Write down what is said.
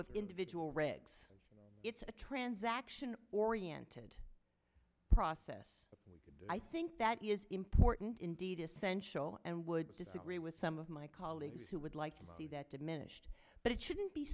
of individual regs it's a transaction oriented process i think that is important indeed essential and would disagree with some of my colleagues who would like to see that diminished but it shouldn't be